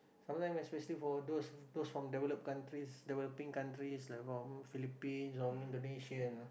sometimes especially for those those from developed countries developing countries like from Philippines Indonesia